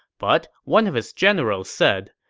but one of his generals said,